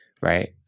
right